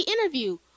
interview